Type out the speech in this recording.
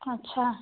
अच्छा